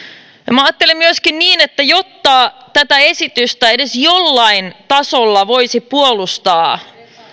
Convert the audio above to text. minä ajattelen myöskin niin että jotta tätä esitystä edes jollain tasolla voisi puolustaa